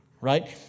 right